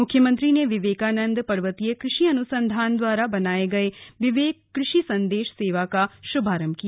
मुख्यमंत्री ने विवेकानन्द पर्वतीय कृषि अनुसंधान द्वारा बनाये गये विवेक कृषि संदेश सेवा का शुभारम्भ किया